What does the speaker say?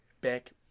back